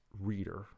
reader